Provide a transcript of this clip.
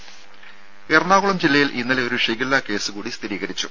രുമ എറണാകുളം ജില്ലയിൽ ഇന്നലെ ഒരു ഷിഗെല്ല കേസ് കൂടി സ്ഥിരീകരിച്ചു